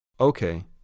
Okay